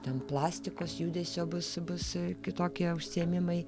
ten plastikos judesio bus bus kitokie užsiėmimai